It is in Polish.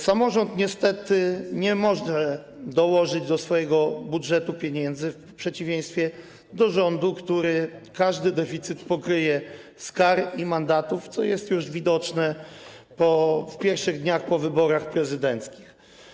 Samorząd niestety nie może dołożyć do swojego budżetu pieniędzy, w przeciwieństwie do rządu, który każdy deficyt pokryje z kar i mandatów, co jest widoczne już w pierwszych dniach po wyborach prezydenckich.